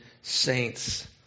saints